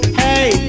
hey